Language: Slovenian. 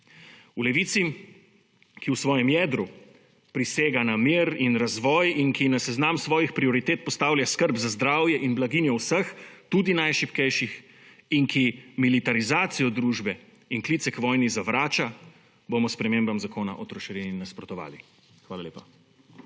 V Levici, ki v svojem jedru prisega na mir in razvoj in ki na seznam svojih prioritet postavlja skrb za zdravje in blaginjo vseh, tudi najšibkejših, in ki militarizacijo družbe in klice k vojni zavrača bomo spremembam zakona o trošarini nasprotovali. Hvala lepa.